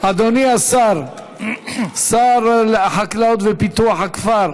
אדוני שר החקלאות ופיתוח הכפר.